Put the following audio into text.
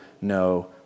no